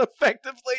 effectively